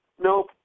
Nope